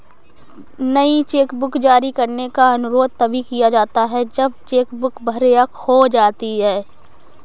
नई चेकबुक जारी करने का अनुरोध तभी किया जाता है जब चेक बुक भर या खो जाती है